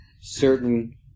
certain